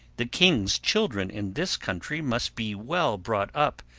the king's children in this country must be well brought up,